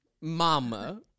Mama